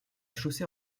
chaussée